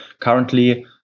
Currently